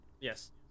Yes